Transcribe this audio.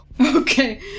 Okay